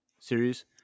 series